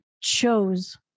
chose